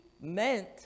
meant